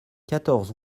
quatorze